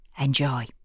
Enjoy